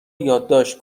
یادداشت